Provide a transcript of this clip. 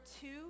two